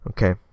Okay